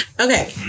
Okay